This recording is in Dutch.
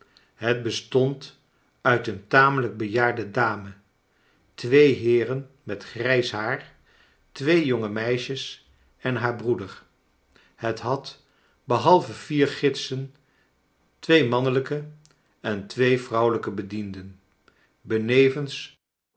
het bestond uit een tamelijk bejaarde dame twee heeren met grijs haar twee jonge meisjes en haar broeder het had behalve vier gidsen twee mannelijke en twee vrouwelijke bedienden benevens